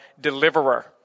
deliverer